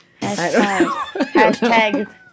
Hashtag